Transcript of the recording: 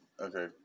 okay